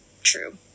true